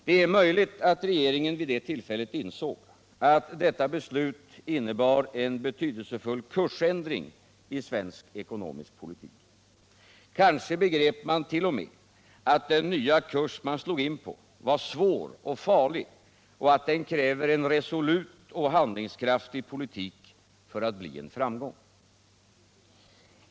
Det är möjligt att regeringen vid det tillfället insåg att detta beslut innebar en betydelsefull kursändring i svensk ekonomisk politik. Kanske begrep man t.o.m. att den nya kurs man slog in på var svår och farlig och att den kräver en resolut och handlingskraftig politik för att bli en framgång.